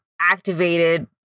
activated